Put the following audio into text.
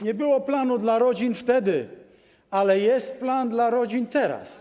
Nie było planu dla rodzin wtedy, ale jest plan dla rodzin teraz.